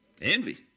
envy